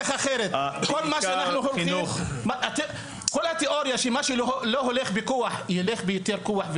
אגב --- כל התיאוריה שלפיה מה שלא הולך בכוח ילך עם יותר כוח,